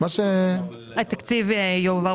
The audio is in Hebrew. התקציב כפי